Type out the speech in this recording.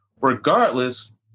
Regardless